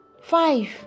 Five